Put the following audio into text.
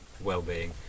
well-being